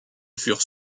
furent